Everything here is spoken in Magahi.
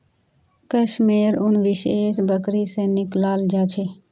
कश मेयर उन विशेष बकरी से निकलाल जा छे